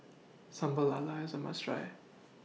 Sambal Lala IS A must Try